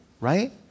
right